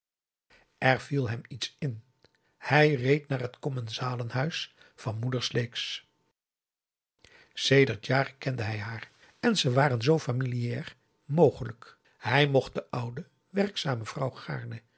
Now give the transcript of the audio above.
er viel hem iets in hij reed naar het commensalenhuis van moeder sleeks sedert jaren kende hij haar en ze waren zoo familiaar mogelijk hij mocht de oude werkzame vrouw gaarne